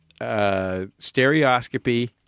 stereoscopy